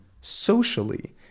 socially